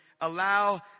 allow